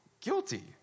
guilty